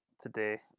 today